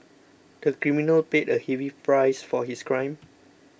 the criminal paid a heavy price for his crime